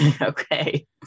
Okay